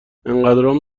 انقدرام